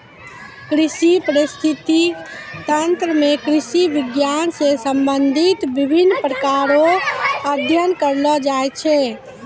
कृषि परिस्थितिकी तंत्र मे कृषि विज्ञान से संबंधित विभिन्न प्रकार रो अध्ययन करलो जाय छै